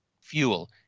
Fuel